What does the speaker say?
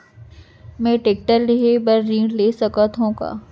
मैं टेकटर लेहे बर ऋण ले सकत हो का?